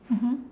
mmhmm